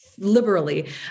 liberally